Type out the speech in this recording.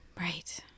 Right